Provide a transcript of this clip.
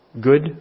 good